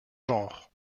genres